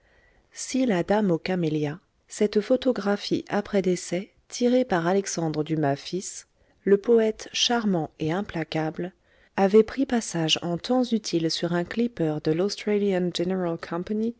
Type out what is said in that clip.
si la dame aux camélias cette photographie après décès tirée par alexandre dumas fils le poète charmant et implacable avait pris passage en temps utile sur un clipper de l'australian